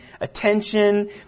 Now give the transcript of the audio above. attention